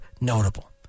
notable